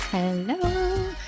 Hello